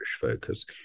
focus